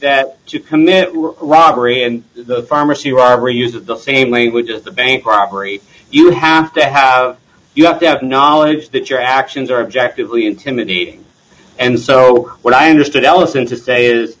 to commit robbery and the pharmacy robbery used the same way with the bank robbery you have to have you have to have knowledge that your actions are objective intimidating and so what i understood ellison to say is